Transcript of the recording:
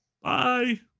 Bye